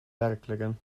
verkligen